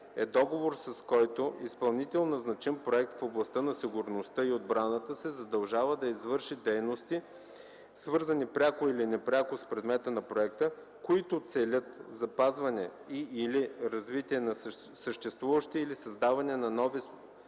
е договор, с който изпълнител на значим проект в областта на сигурността и отбраната се задължава да извърши дейности (свързани пряко или непряко с предмета на проекта), които целят запазване и/или развитие на съществуващи или създаване на нови